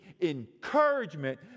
encouragement